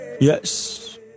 Yes